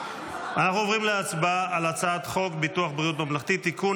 אנחנו עוברים להצבעה על הצעת חוק ביטוח בריאות ממלכתי (תיקון,